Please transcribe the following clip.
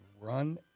run